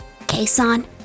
Kason